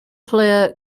player